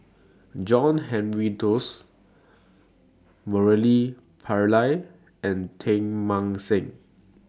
John Henry Duclos Murali Pillai and Teng Mah Seng